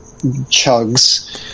chugs